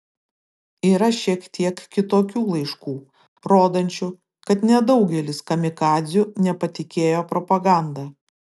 yra šiek tiek kitokių laiškų rodančių kad nedaugelis kamikadzių nepatikėjo propaganda